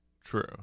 True